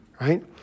right